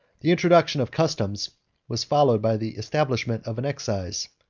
the introduction of customs was followed by the establishment of an excise,